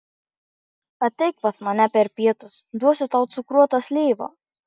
ateik pas mane per pietus duosiu tau cukruotą slyvą